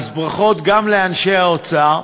ברכות גם לאנשי האוצר,